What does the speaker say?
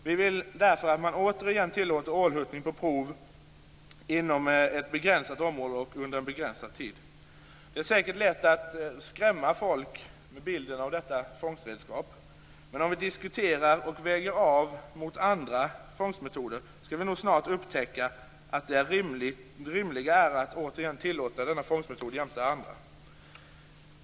Vi vill därför att man återigen tillåter ålhuttning på prov inom ett begränsat område och under en begränsad tid. Det är säkert lätt att skrämma folk med bilden av detta fångstredskap, men om vi diskuterar och väger av mot andra fångstmetoder skall vi nog snart upptäcka att det rimliga är att återigen tillåta denna fångstmetod jämte andra.